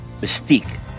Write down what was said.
mystique